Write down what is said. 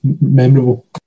memorable